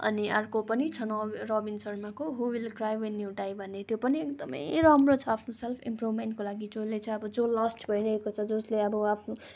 अनि अर्को पनि छ नो रोबिन शर्माको who will cry when you die डाइ भन्ने त्यो पनि एकदम राम्रो छ आफ्नो सेल्फ इम्प्रुभमेन्टको लागि जसले चाहिँ अब जो लस्ट भइरहेको जसले अब आफ्नो